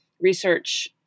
research